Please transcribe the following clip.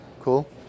Cool